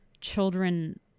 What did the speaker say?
children